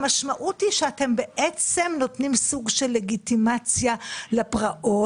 המשמעות היא שאתם בעצם נותנים סוג של לגיטימציה לפרעות,